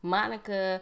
Monica